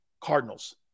Cardinals